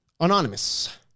Anonymous